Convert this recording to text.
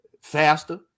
faster